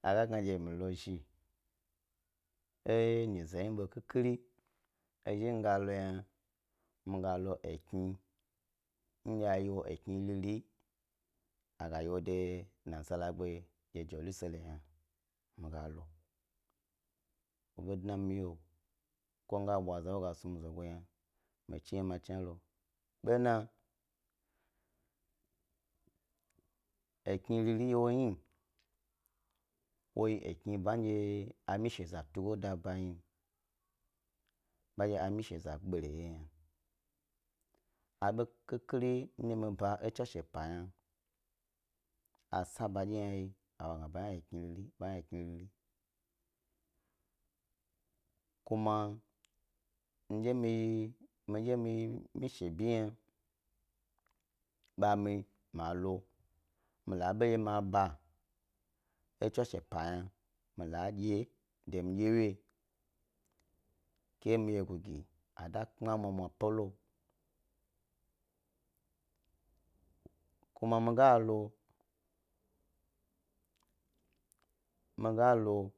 A ga dye mi lo zhi enyize hni bo khikhiri ezhi mi ga lo yna mi ga lo kni ndye ayi wo ekni riri a ga yi wo de nasara gba jeruselem yna mi ga lo w obo dna mi wye, ko miga bwa za ndye wo gas nu mi zogo yna mi chi ye ma chnilo bena, ekni riri ndye hi wo ye bandye wo nyi amishiza tugo da ba yin, bandye amisheza gnari ya nyna, abo khikhiri ndye mi ba tswashe pa yna sa ba dye han ye, agna ba hna ye akni riri, akni riri kuma mi dye miyi yesua vi ba mi lo mi la bondye ma ba e tswashe pa yna dye wye de mi dye wye ke mi wyegu a da kpma mwnawna pe lo. Kuma mi ga lo, mi ga lo